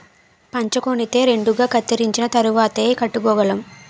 పంచకొనితే రెండుగా కత్తిరించిన తరువాతేయ్ కట్టుకోగలం